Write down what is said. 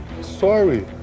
sorry